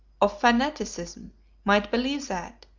of fanaticism might believe that,